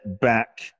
back